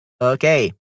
Okay